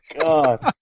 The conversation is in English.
god